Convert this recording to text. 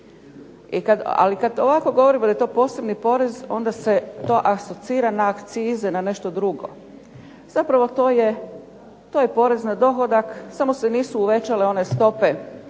Ali kad ovako govorimo da je to posebni porez, onda se to asocira na akcize, na nešto drugo. Zapravo to je porez na dohodak, samo se nisu uvećale one stope